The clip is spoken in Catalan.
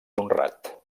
honrat